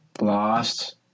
lost